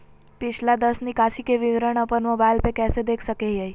पिछला दस निकासी के विवरण अपन मोबाईल पे कैसे देख सके हियई?